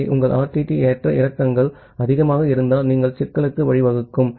ஆகவே உங்கள் RTT ஏற்ற இறக்கங்கள் அதிகமாக இருந்தால் நீங்கள் சிக்கலுக்கு வழிவகுக்கும்